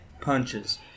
punches